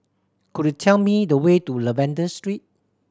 could you tell me the way to Lavender Street